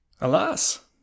Alas